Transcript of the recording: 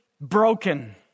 broken